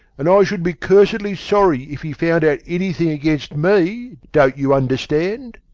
and i should be cursedly sorry if he found out anything against me, don't you understand?